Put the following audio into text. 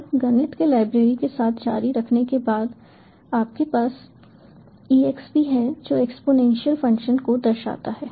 फिर गणित के लाइब्रेरी के साथ जारी रखने के बाद आपके पास exp है जो एक्स्पोनेंशियल फ़ंक्शन को दर्शाता है